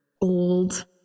old